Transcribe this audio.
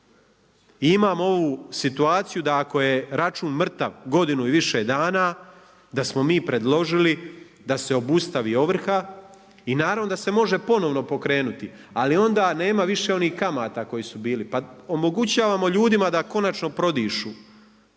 I imamo ovu situaciju, da ako je račun mrtav godinu i više dana da smo mi predložili da se obustavi ovrha i naravno da se može ponovno pokrenuti, ali onda nema više onih kamata koji su bili. Pa omogućavamo ljudima da konačno prodišu.